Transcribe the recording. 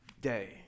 day